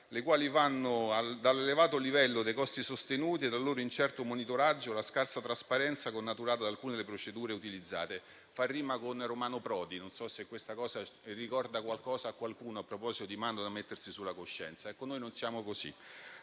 le quali andavano dall'elevato livello dei costi sostenuti e dal loro incerto monitoraggio alla scarsa trasparenza connaturata ad alcune delle procedure utilizzate. Tutto questo fa rima con Romano Prodi, non so se questo ricorda qualcosa a qualcuno, a proposito di mettersi una mano sulla coscienza. Noi non siamo così,